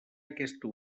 aquesta